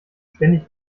ständig